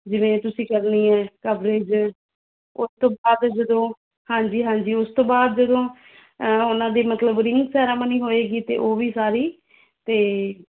ਜਿਵੇਂ ਤੁਸੀਂ ਕਰਨੀ ਹੈ ਕਵਰੇਜ ਉਹ ਤੋਂ ਬਾਅਦ ਜਦੋਂ ਹਾਂਜੀ ਹਾਂਜੀ ਉਸ ਤੋਂ ਬਾਅਦ ਜਦੋਂ ਉਨ੍ਹਾਂ ਦੀ ਮਤਲਬ ਰਿੰਗ ਸੈਰਾਮਨੀ ਹੋਏਗੀ ਅਤੇ ਉਹ ਵੀ ਸਾਰੀ ਅਤੇ